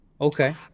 Okay